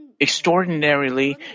extraordinarily